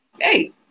hey